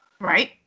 right